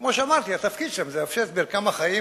כמו שאמרתי, התפקיד שם זה לאפשר את מרקם החיים